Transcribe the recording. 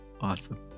Awesome